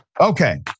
Okay